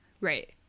Right